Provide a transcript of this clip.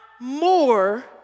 more